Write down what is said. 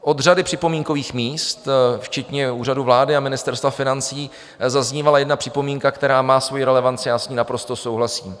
Od řady připomínkových míst, včetně Úřadu vlády a Ministerstva financí, zaznívala jedna připomínka, která má svoji relevanci, já s ní naprosto souhlasím.